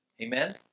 Amen